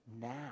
now